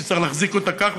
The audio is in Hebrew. שצריך לעשות כך,